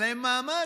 אין להם מעמד.